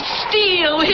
steal